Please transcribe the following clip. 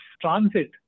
transit